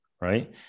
right